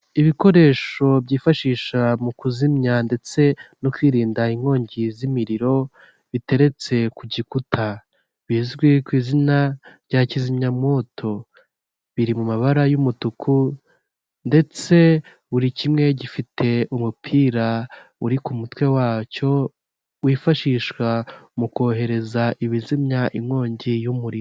Ibikoresho byifashishwa mu kuzimya ndetse no kwirinda inkongi z'imiriro biteretse ku gikuta, bizwi ku izina rya kizimyamoto biri mu mabara y'umutuku ndetse buri kimwe gifite umupira uri ku mutwe wacyo wifashishwa mu kohereza ibizimya inkongi y'umuriro.